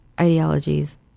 ideologies